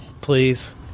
Please